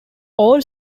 all